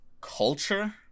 culture